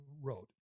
wrote